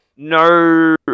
no